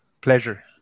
Pleasure